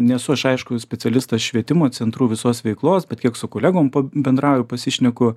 nesu aš aišku specialistas švietimo centrų visos veiklos bet kiek su kolegom bendrauju pasišneku